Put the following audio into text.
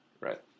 Right